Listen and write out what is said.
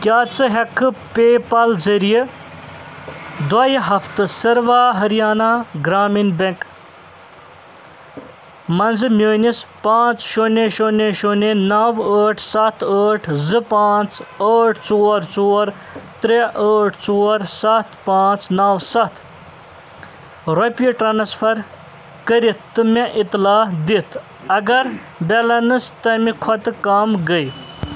کیٛاہ ژٕ ہٮ۪ککھٕ پے پال ذٔریعہٕ دۄیہِ ہفتہٕ سٔروا ہریانہ گرٛامیٖن بیٚنٛک منٛزٕ میٲنِس پانٛژھ شوٗنیہِ شوٗنیہِ شوٗنیہِ نو ٲٹھ سَتھ ٲٹھ زٕ پانٛژھ ٲٹھ ژور ژور ترٛےٚ ٲٹھ ژور سَتھ پانٛژھ نو سَتھ رۄپیہِ ٹرٛانسفر کٔرِتھ تہٕ مےٚ اطلاع دِتھ اگر بیلٮ۪نٕس تَمہِ کھۄتہٕ کم گٔے